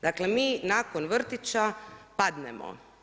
Dakle mi nakon vrtića padnemo.